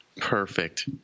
Perfect